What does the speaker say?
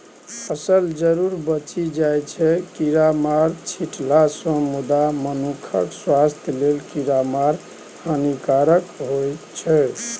फसल जरुर बचि जाइ छै कीरामार छीटलासँ मुदा मनुखक स्वास्थ्य लेल कीरामार हानिकारक होइ छै